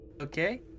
Okay